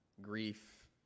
grief